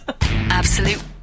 Absolute